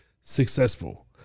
successful